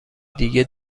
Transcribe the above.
دیگه